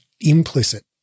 implicit